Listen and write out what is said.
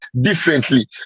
differently